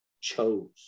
chose